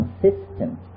consistent